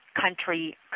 country